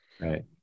Right